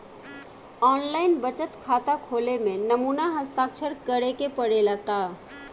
आन line बचत खाता खोले में नमूना हस्ताक्षर करेके पड़ेला का?